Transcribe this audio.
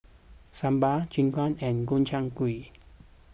Sambar Japchae and Gobchang Gui